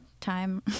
time